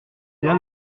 rien